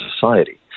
Society